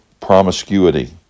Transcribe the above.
promiscuity